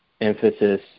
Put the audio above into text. emphasis